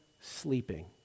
sleeping